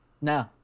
No